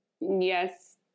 Yes